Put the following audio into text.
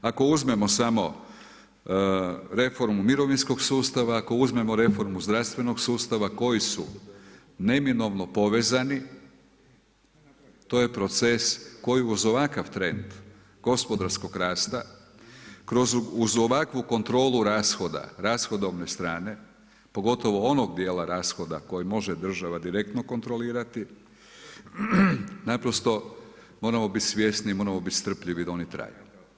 Ako uzmemo samo reformu mirovinskog sustava, ako uzmemo reformu zdravstvenog sustava koji su neminovno povezani to je proces koji uz ovakav trend gospodarskog rasta, kroz ovakvu kontrolu rashoda, rashodovne strane pogotovo onog dijela rashoda koji može država direktno kontrolirati naprosto moramo biti svjesni, moramo bit strpljivi da oni traju.